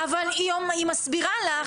אבל היא מסבירה לך.